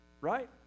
Right